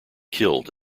killed